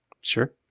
Sure